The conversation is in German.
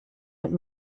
mit